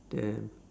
damn